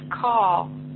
call